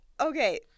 Okay